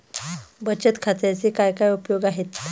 बचत खात्याचे काय काय उपयोग आहेत?